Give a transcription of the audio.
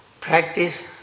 practice